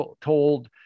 told